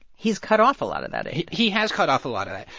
he's cut off a lot of that aid he has cut off a lot of that.